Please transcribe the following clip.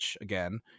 again